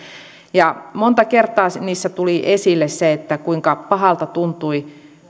monta kertaa niissä tuli esille se kuinka pahalta tuntui